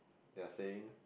they are saying